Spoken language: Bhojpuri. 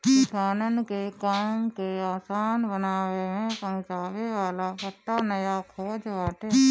किसानन के काम के आसान बनावे में पहुंचावे वाला पट्टा नया खोज बाटे